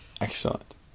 Excellent